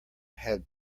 had